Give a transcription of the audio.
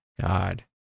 God